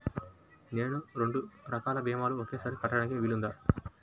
నేను రెండు రకాల భీమాలు ఒకేసారి కట్టడానికి వీలుందా?